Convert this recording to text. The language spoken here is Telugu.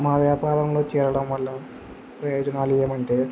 మా వ్యాపారంలో చేరడం వల్ల ప్రయోజనాలు ఏమంటే